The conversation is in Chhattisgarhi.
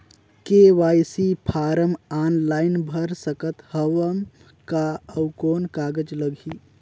के.वाई.सी फारम ऑनलाइन भर सकत हवं का? अउ कौन कागज लगही?